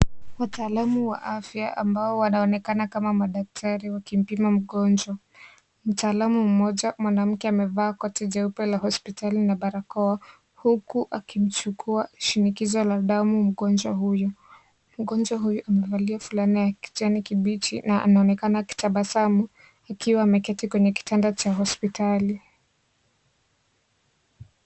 Wataalamu wa afya ambao wanaonekana kama madaktari wakimpima mgonjwa mtaalamu mmoja mwanamke amevaa koti jeupe la hospitali na barakoa, huku akimchukua shinikizo la damu mgonjwa huyo, mgonjwa huyo amevalia fulana ya kijani kibichi na anaonekana akitabasamu akiwa ameketi kwenye kitanda cha hospitali.